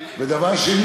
אורלי,